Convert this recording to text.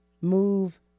move